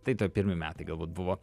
tai ta pirmi metai galbūt buvo